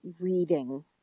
reading